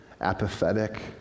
apathetic